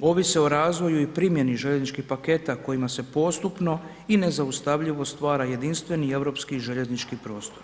ovise o razvoju i primjeni željezničkih paketa kojima se postupno i nezaustavljivo stvara jedinstveni europski željeznički prostor.